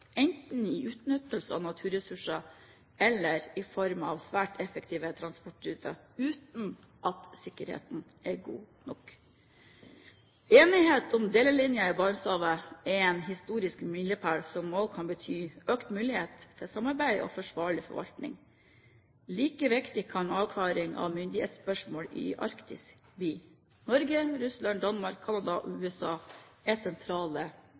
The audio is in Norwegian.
enten i utnyttelse av naturressurser eller i form av svært effektive transportruter, uten at sikkerheten er god nok. Enighet om delelinjen i Barentshavet er en historisk milepæl som også kan bety økt mulighet til samarbeid og forsvarlig forvaltning. Like viktig kan avklaring av myndighetsspørsmål i Arktis bli. Norge, Russland, Danmark, Canada og USA er sentrale